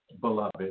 beloved